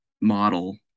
model